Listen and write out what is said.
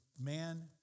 man